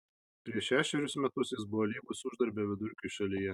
prieš šešerius metus jis buvo lygus uždarbio vidurkiui šalyje